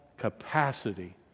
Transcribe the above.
capacity